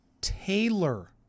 Taylor